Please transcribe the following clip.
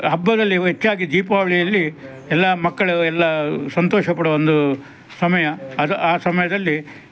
ಹಬ್ಬದಲ್ಲಿ ಹೆಚ್ಚಾಗಿ ದೀಪಾವಳಿಯಲ್ಲಿ ಎಲ್ಲ ಮಕ್ಕಳು ಎಲ್ಲ ಸಂತೋಷ ಪಡುವ ಒಂದು ಸಮಯ ಅದು ಆ ಸಮಯದಲ್ಲಿ